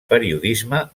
periodisme